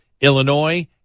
Illinois